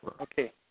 Okay